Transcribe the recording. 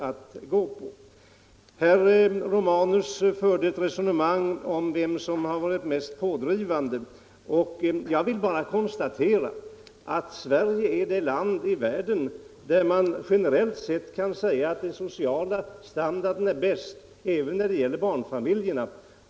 Herr Romanus förde ett resonemang om vem som hade varit mest pådrivande. Jag vill bara konstatera att Sverige är det land i världen där man generellt sett har den bästa sociala standarden även när det gäller barnfamiljerna.